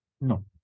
No